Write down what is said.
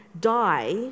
die